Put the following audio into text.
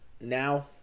now